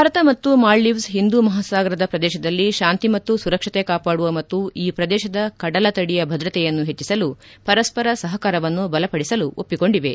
ಭಾರತ ಮತ್ತು ಮಾಲ್ವೀವ್ಲ್ ಹಿಂದೂ ಮಹಾಸಾಗರದ ಪ್ರದೇಶದಲ್ಲಿ ಶಾಂತಿ ಮತ್ತು ಸುರಕ್ಷತೆ ಕಾಪಾಡುವ ಮತ್ತು ಈ ಪ್ರದೇಶದ ಕಡಲತಡಿಯ ಭದ್ರತೆಯನ್ನು ಹೆಚ್ಚಿಸಲು ಪರಸ್ಪರ ಸಹಕಾರವನ್ನು ಬಲಪಡಿಸಲು ಒಪ್ಪಿಕೊಂಡಿವೆ